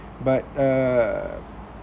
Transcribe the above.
but uh